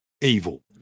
evil